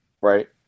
Right